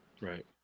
right